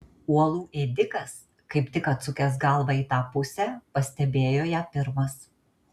uolų ėdikas kaip tik atsukęs galvą į tą pusę pastebėjo ją pirmas